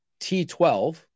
T12